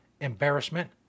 Embarrassment